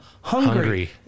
Hungry